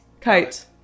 Kite